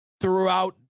throughout